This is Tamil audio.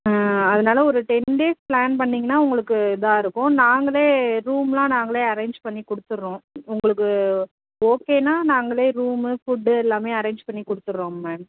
ம் அதனால ஒரு டென் டேஸ் ப்ளான் பண்ணீங்கன்னா உங்களுக்கு இதாக இருக்கும் நாங்களே ரூம்லாம் நாங்களே அரேஞ்ச் பண்ணிக் கொடுத்துட்றோம் உங்களுக்கு ஓகேன்னா நாங்களே ரூம்மு ஃபுட்டு எல்லாமே அரேஞ்ச் பண்ணி கொடுத்துட்றோம் மேம்